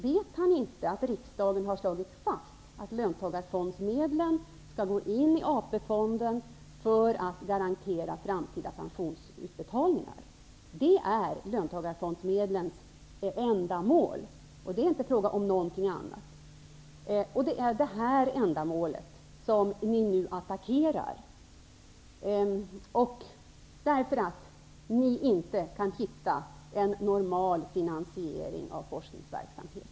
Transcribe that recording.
Vet han inte att riksdagen har slagit fast att löntagarfondsmedlen skall gå in i AP-fonden för att garantera framtida pensionsutbetalningar? Det är löntagarfondsmedlens ändamål, och det är inte fråga om någonting annat. Det är det ändamålet som ni nu attackerar, därför att ni inte kan hitta en normal finansiering av forskningsverksamhet.